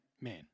man